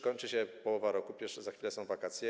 Kończy się już połowa roku, za chwilę są wakacje.